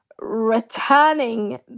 returning